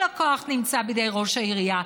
כל הכוח נמצא בידי ראש העירייה,